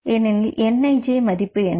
ஏனில் nij மதிப்பு என்ன